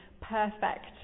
perfect